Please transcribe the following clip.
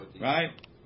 Right